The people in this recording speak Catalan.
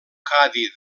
cadi